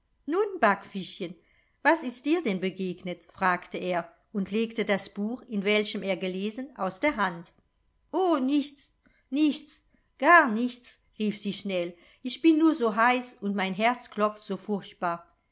nun backfischchen was ist dir denn begegnet fragte er und legte das buch in welchem er gelesen aus der hand o nichts nichts gar nichts rief sie schnell ich bin nur so heiß und mein herz klopft so furchtbar